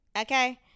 okay